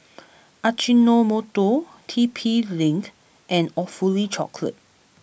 Ajinomoto T P Link and Awfully Chocolate